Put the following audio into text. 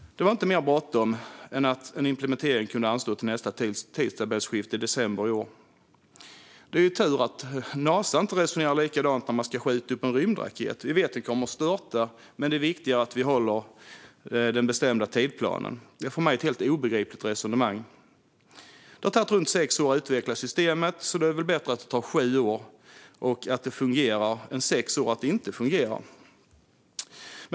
Det var inte mer bråttom än att en implementering kunde anstå till nästa tidtabellsskifte i december i år. Det är tur att inte Nasa resonerar likadant när man ska skjuta upp en rymdraket: Vi vet att den kommer att störta, men det är viktigare att vi håller den bestämda tidsplanen. Det är för mig ett helt obegripligt resonemang. Det har tagit runt sex år att utveckla systemet; då är det väl bättre att det tar sju år och fungerar än att det tar sex år och inte fungerar?